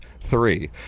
three